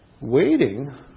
Waiting